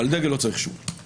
לא, על דגל לא צריך אישור.